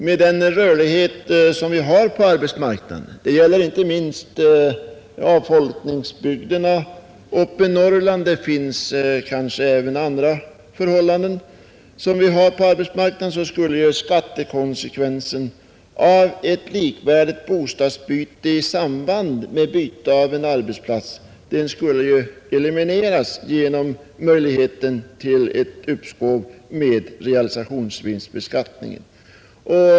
Med den rörlighet som finns på arbetsmarknaden — det gäller inte minst avfolkningsbygderna uppe i Norrland men även andra områden — skulle de skattemässiga konsekvenserna av ett byte mellan likvärdiga fastigheter i samband med flyttning till en ny arbetsort elimineras, om det funnes möjlighet till ett uppskov med uttagandet av realisationsvinstskatten.